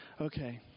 okay